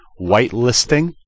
whitelisting